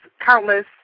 countless